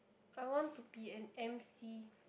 I want to be an M_C